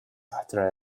after